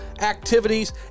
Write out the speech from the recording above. activities